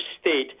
state